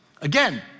Again